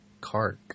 Kark